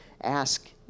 ask